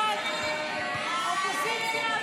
ההסתייגויות